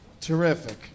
terrific